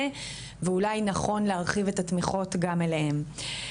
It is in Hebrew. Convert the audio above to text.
ואולי נכון להרחיב את התמיכות גם אליהם.